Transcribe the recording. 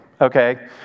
okay